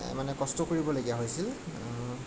মানে কষ্ট কৰিব লগীয়া হৈছিল